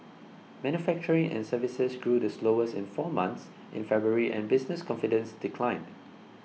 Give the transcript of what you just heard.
manufacturing and services grew the slowest in four months in February and business confidence declined